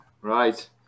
Right